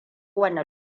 wane